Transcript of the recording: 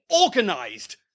organised